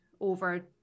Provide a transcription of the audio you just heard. over